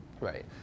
right